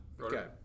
Okay